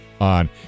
on